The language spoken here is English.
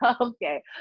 okay